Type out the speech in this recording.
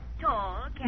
Tall